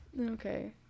okay